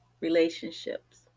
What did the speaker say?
relationships